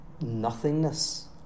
nothingness